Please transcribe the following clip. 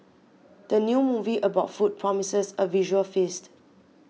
the new movie about food promises a visual feast